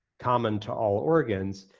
common to all organs.